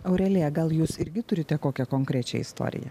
aurelija gal jūs irgi turite kokią konkrečią istoriją